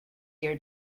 year